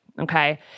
Okay